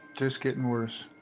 just getting worse.